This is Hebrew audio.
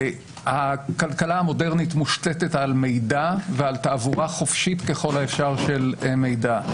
הכלכלה המודרנית מושתתת על מידע ועל תעבורה חופשית ככל האפשר של מידע.